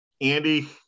Andy